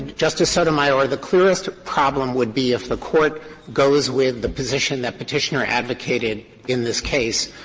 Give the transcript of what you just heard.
justice sotomayor, the clearest problem would be if the court goes with the position that petitioner advocated in this case,